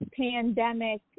pandemic